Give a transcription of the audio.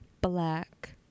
black